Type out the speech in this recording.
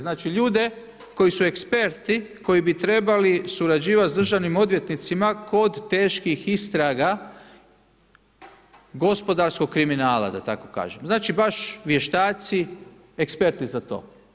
Znači, ljude koji su eksperti koji bi trebali surađivati s državnim odvjetnicima kod teških istraga gospodarskog kriminala da tako kažem, znači baš vještaci, eksperti za to.